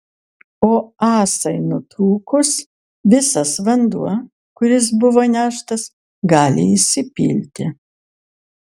o ąsai nutrūkus visas vanduo kuris buvo neštas gali išsipilti